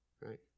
Right